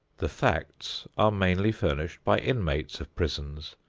the facts are mainly furnished by inmates of prisons,